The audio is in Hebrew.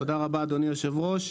תודה רבה, אדוני היושב-ראש.